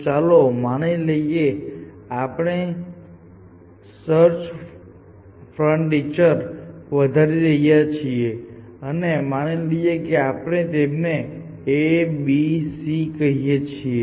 તો ચાલો માની લઈએ કે આપણે સર્ચ ફ્રન્ટીયર વધારી રહ્યા છીએ અને માની લઈએ કે આપણે તેમને a b c કહીએ છીએ